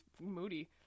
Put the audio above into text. moody